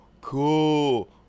cool